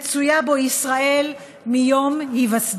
שישראל מצויה בה מיום היווסדה.